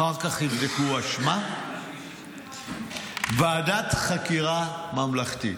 אחר כך יבדקו אשמה, ועדת חקירה ממלכתית,